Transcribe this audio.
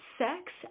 Sex